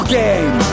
game